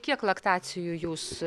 kiek laktacijų jūs